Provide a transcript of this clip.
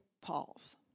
Paul's